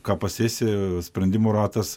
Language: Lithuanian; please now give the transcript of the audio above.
ką pasėsi sprendimų ratas